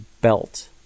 belt